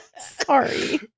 Sorry